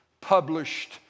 published